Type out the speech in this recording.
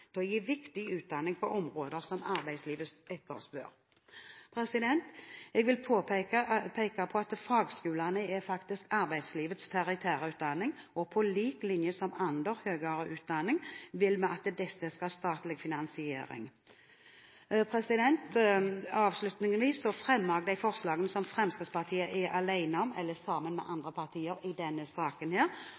til å gi viktig utdanning på områder som arbeidslivet etterspør. Jeg vil peke på at fagskolene faktisk er arbeidslivets tertiærutdanning, og på lik linje med annen høyere utdanning vil vi at disse skal ha statlig finansiering. Siden opplegget for debatten ble litt endret for å gjøre den mer effektiv, vil jeg kommentere saken som jeg er saksordfører for, og de øvrige sakene som ligger til debatt i denne